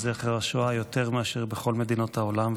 זכר השואה יותר מאשר בכל מדינות העולם,